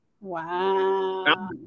Wow